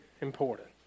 important